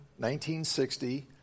1960